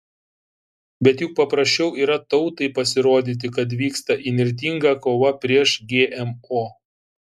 bet juk paprasčiau yra tautai pasirodyti kad vyksta įnirtinga kova prieš gmo